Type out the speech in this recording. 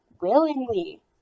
willingly